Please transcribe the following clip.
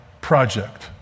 project